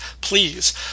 Please